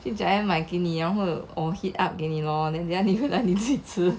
去 giant 买给你或者我 heat up 给你咯等一下你回来自己吃